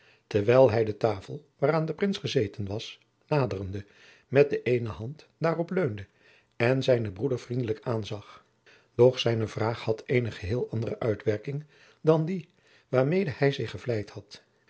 terwijl hij de tafel waaraan de prins gezeten was naderende met de eene hand daarop leunde en zijnen broeder vriendelijk aanzag doch zijne vraag had eene geheel andere uitwerking dan die waarmede hij zich gevleid had